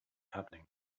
happening